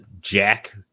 jack